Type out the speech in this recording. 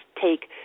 take